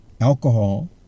alcohol